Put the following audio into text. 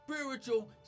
spiritual